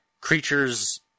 creatures